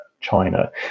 China